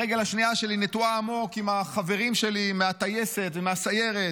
הרגל השנייה שלי נטועה עמוק עם החברים שלי מהטייסת ומהסיירת,